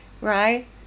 right